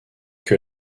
que